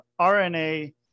RNA